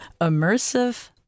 immersive